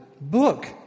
book